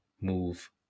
move